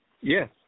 Yes